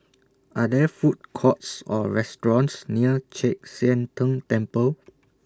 Are There Food Courts Or restaurants near Chek Sian Tng Temple